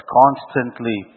constantly